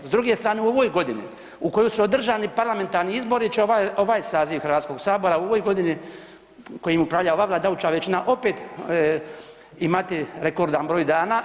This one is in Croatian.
S druge strane, u ovoj godini u kojoj su održani parlamentarni izbori, će ovaj, ovaj saziv Hrvatskog sabora u ovoj godini, kojim upravlja ova vladajuća većina opet imati rekordan broj dana.